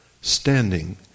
standing